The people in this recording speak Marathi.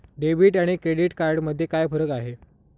डेबिट आणि क्रेडिट कार्ड मध्ये काय फरक आहे?